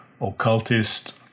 occultist